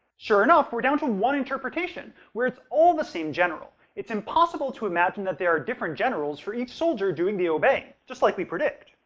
sure enough, we're down to one interpretation, where it's all the same general. it's impossible to imagine that there are different generals for each soldier doing the obeying. just like we predict!